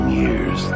years